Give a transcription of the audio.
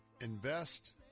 invest